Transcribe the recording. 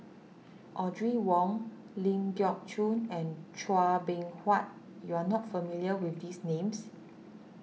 Audrey Wong Ling Geok Choon and Chua Beng Huat you are not familiar with these names